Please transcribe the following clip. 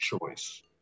choice